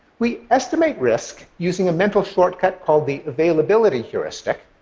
we estimate risk using a mental shortcut called the availability heuristic.